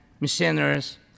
missionaries